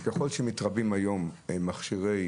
ככל שמתרבים היום מכשירי